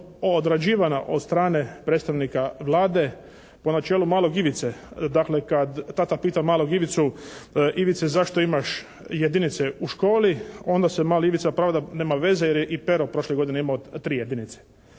odrađivana od strane predstavnika Vlade po načelu malog Ivice, dakle kad tata pita malog Ivicu Ivice zašto imaš jedinice u školi, onda se mali Ivica pravda nema veze jer je i Pero prošle godine imao tri jedinice.